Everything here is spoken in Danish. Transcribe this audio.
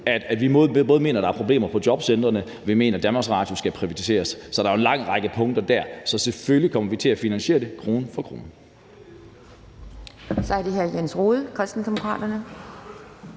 at vi både mener, at der er problemer på jobcentrene, og mener, at DR skal privatiseres, så der er jo en lang række punkter der. Så selvfølgelig kommer vi til at finansiere det krone for krone.